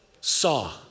saw